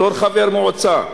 בתור חבר מועצה,